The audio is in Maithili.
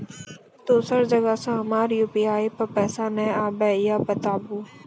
दोसर जगह से हमर यु.पी.आई पे पैसा नैय आबे या बताबू?